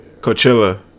Coachella